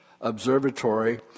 Observatory